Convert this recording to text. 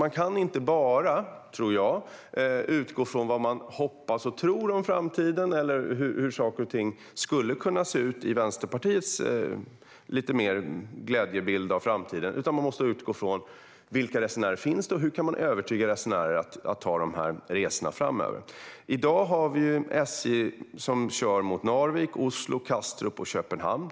Man kan inte bara utgå från vad man hoppas och tror om framtiden eller hur saker och ting skulle kunna se ut i Vänsterpartiets glädjebild av framtiden, utan man måste utgå från vilka resenärer som finns och hur man kan övertyga dem att välja dessa resor framöver. I dag kör SJ mot Narvik, Oslo, Kastrup och Köpenhamn.